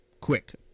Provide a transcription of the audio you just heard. quick